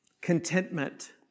contentment